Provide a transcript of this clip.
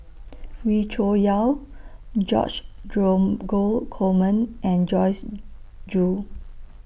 Wee Cho Yaw George Dromgold Coleman and Joyce Jue